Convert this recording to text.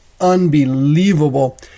unbelievable